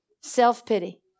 self-pity